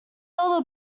older